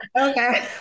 Okay